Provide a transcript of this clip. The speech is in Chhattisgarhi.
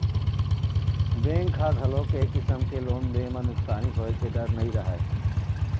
बेंक ह घलोक ए किसम के लोन दे म नुकसानी होए के डर नइ रहय